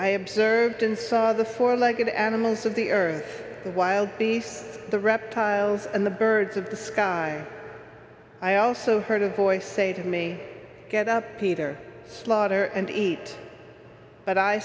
i observed and saw the four legged animals of the earth the wild beasts the reptiles and the birds of the sky i also heard a voice say to me get up peter slaughter and eat but i